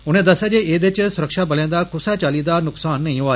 उनें दस्सेआ जे एह्दे च सुरक्षाबलें दा कुसै चाल्ली दा नुक्सान नेई होआ